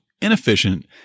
inefficient